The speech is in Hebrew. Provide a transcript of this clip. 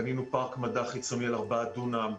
בנינו פארק מדע חיצוני על ארבעה דונם.